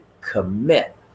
commit